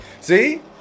See